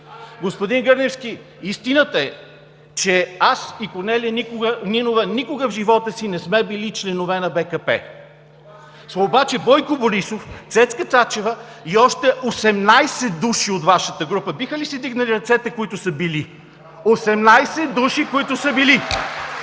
Господин Гърневски, истината е, че аз и Корнелия Нинова никога в живота си не сме били членове на БКП. Обаче Бойко Борисов, Цецка Цачева и още 18 души от Вашата група… Биха ли си вдигнали ръцете, които са били? Осемнадесет души, които са били!